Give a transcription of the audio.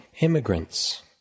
Immigrants